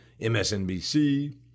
MSNBC